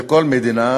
של כל מדינה,